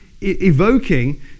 Evoking